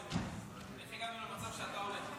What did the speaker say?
איך הגענו למצב שאתה עולה?